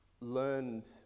learned